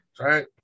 Right